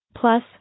Plus